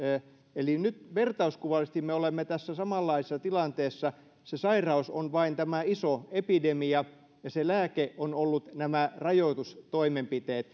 eli nyt vertauskuvallisesti me olemme tässä samanlaisessa tilanteessa se sairaus on vain tämä iso epidemia ja se lääke on ollut nämä rajoitustoimenpiteet